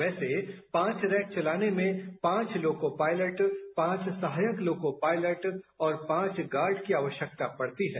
वैसे पांच रैक चलाने में पांच लोको पायलट पांच सहायक लोको पायलट और पांच गार्ड की आवश्यकता पड़ती है